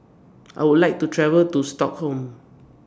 I Would like to travel to Stockholm